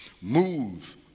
moves